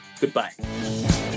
Goodbye